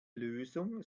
lösung